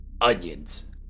onions